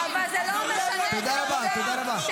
--- אבל זה לא משנה את העובדה שיש